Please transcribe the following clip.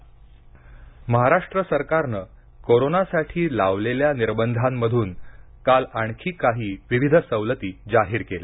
पुनश्व हरीओम महाराष्ट्र सरकारनं कोरोनासाठी लावलेल्या निर्बंधांमधून काल आणखी काही विविध सवलती जाहीर केल्या